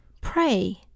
pray